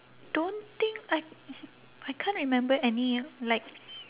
don't think I I can't remember any like